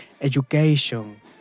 education